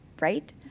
right